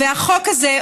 והחוק הזה,